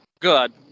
Good